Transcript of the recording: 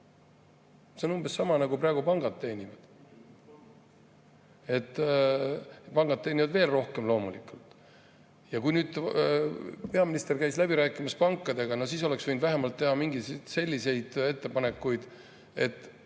See on umbes sama, nagu praegu pangad teenivad. Pangad teenivad veel rohkem loomulikult. Ja kui nüüd peaminister käis läbi rääkimas pankadega, siis oleks võinud vähemalt teha mingisuguseid selliseid ettepanekuid, et